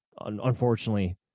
unfortunately